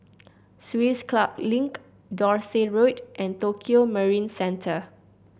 Swiss Club Link Dorset Road and Tokio Marine Center